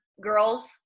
girls